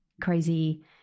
crazy